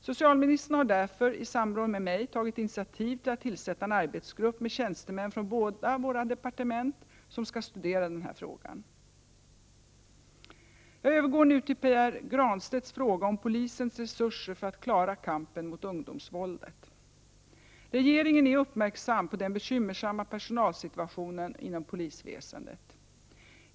Socialministern har därför i samråd med mig tagit initiativ till att tillsätta en arbetsgrupp med tjänstemän från våra båda departement som skall studera denna fråga. Jag övergår nu till Pär Granstedts fråga om polisens resurser för att klara kampen mot ungdomsvåldet. Regeringen är uppmärksam på den bekymmersamma personalsituationen inom polisväsendet.